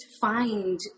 find